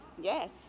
Yes